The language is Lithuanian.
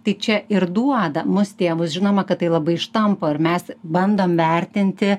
tai čia ir duoda mus tėvus žinoma kad tai labai ištampo ir mes bandom vertinti